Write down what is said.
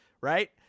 right